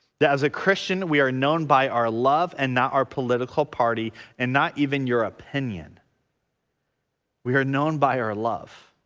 that as a christian we are known by our love and not our political party and not even your opinion we are known by our love.